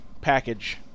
package